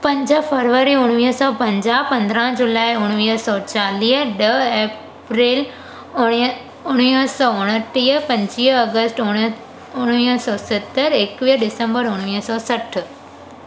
पंज फरवरी उणवीह सौ पंजाह पंद्राहं जुलाई उणवीह सौ चालीह ॾह अप्रैल उणवीह उणवीह सौ उणटीह पंजवीह अगस्त उण उणवीह सौ सतरि एकवीह दिसम्बर उणवीह सौ सठि